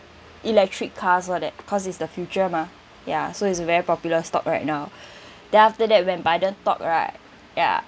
electric cars all that cause is the future mah ya so it's a very popular stock right now then after that when biden talk right ya